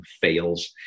fails